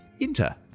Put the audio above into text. Enter